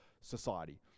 society